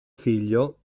figlio